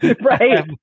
right